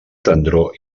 tendror